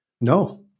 No